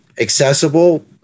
accessible